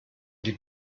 die